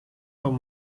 van